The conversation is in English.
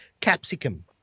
capsicum